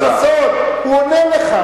חבר הכנסת חסון, הוא עונה לך.